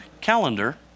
calendar